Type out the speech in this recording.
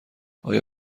آیا